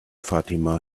fatima